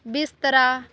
बिस्तरा